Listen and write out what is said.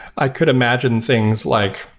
i could imagine things like,